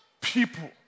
people